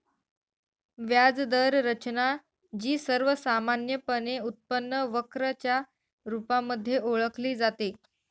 व्याज दर रचना, जी सर्वसामान्यपणे उत्पन्न वक्र च्या रुपामध्ये ओळखली जाते